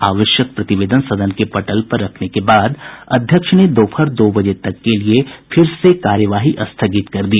आवश्यक प्रतिवेदन सदन के पटल पर रखने के बाद अध्यक्ष ने दोपहर दो बजे तक के लिए फिर से कार्यवाही स्थगित कर दी